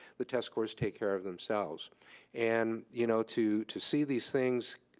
the test scores take care of themselves and you know to to see these things